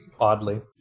Oddly